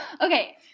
Okay